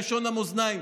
על לשון המאזניים,